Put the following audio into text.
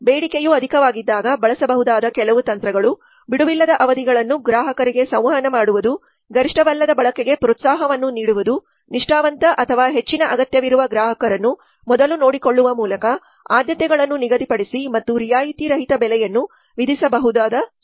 ಬೇಡಿಕೆಯು ಅಧಿಕವಾಗಿದ್ದಾಗ ಬಳಸಬಹುದಾದ ಕೆಲವು ತಂತ್ರಗಳು ಬಿಡುವಿಲ್ಲದ ಅವಧಿಗಳನ್ನು ಗ್ರಾಹಕರಿಗೆ ಸಂವಹನ ಮಾಡುವುದು ಗರಿಷ್ಠವಲ್ಲದ ಬಳಕೆಗೆ ಪ್ರೋತ್ಸಾಹವನ್ನು ನೀಡುವುದು ನಿಷ್ಠಾವಂತ ಅಥವಾ ಹೆಚ್ಚಿನ ಅಗತ್ಯವಿರುವ ಗ್ರಾಹಕರನ್ನು ಮೊದಲು ನೋಡಿಕೊಳ್ಳುವ ಮೂಲಕ ಆದ್ಯತೆಗಳನ್ನು ನಿಗದಿಪಡಿಸಿ ಮತ್ತು ರಿಯಾಯಿತಿ ರಹಿತ ಬೆಲೆಯನ್ನು ವಿಧಿಸಬಹುದು ಸೇವೆಗಳು